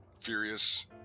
furious